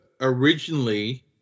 originally